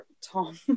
tom